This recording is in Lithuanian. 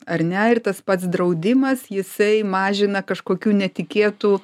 ar ne ir tas pats draudimas jisai mažina kažkokių netikėtų